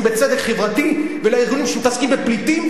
בצדק חברתי ולארגונים שמתעסקים בפליטים,